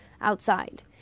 outside